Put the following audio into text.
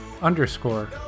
underscore